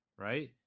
right